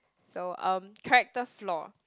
so um character flaw